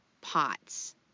pots